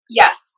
yes